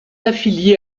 affilié